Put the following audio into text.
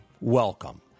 Welcome